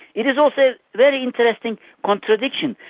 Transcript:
it is also very interesting contradiction.